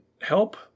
help